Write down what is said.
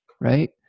right